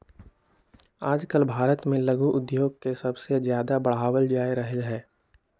आजकल भारत में लघु उद्योग के सबसे ज्यादा बढ़ावल जा रहले है